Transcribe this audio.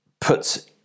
put